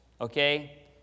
Okay